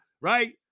right